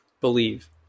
believe